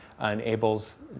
enables